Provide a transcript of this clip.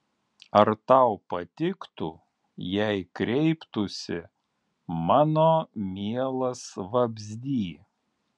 ar tau patiktų jei kreiptųsi mano mielas vabzdy